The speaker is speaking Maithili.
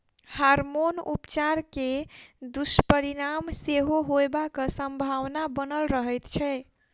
हार्मोन उपचार के दुष्परिणाम सेहो होयबाक संभावना बनल रहैत छै